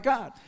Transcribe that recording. God